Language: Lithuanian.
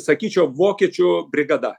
sakyčiau vokiečių brigada